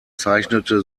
zeichnete